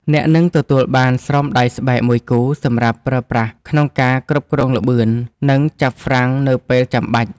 អ្នកនឹងទទួលបានស្រោមដៃស្បែកមួយគូសម្រាប់ប្រើប្រាស់ក្នុងការគ្រប់គ្រងល្បឿន និងចាប់ហ្វ្រាំងនៅពេលចាំបាច់។